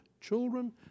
children